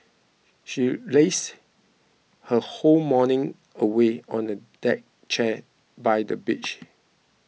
she lazed her whole morning away on a deck chair by the beach